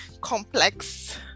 complex